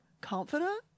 confident